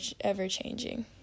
ever-changing